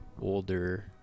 older